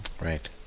Right